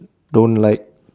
don't like